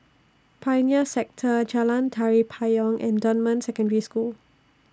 Pioneer Sector Jalan Tari Payong and Dunman Secondary School